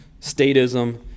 statism